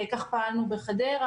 כך פעלנו בחדרה,